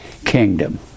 kingdom